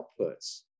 outputs